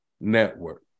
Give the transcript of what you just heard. network